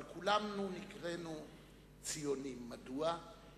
אבל כולנו נקראנו ציונים, מדוע?